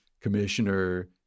commissioner